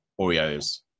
Oreos